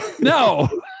no